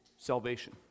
salvation